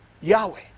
Yahweh